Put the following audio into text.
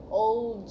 old